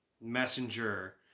Messenger